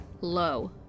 low